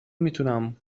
میتونم